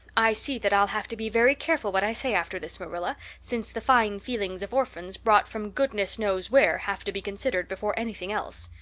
i see that i'll have to be very careful what i say after this, marilla, since the fine feelings of orphans, brought from goodness knows where, have to be considered before anything else.